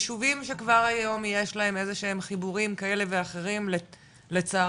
ישובים שכבר היום יש להם איזשהם חיבורים כאלה ואחרים לצערי